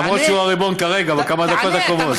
אף שהוא הריבון כרגע בכמה דקות הקרובות.